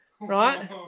right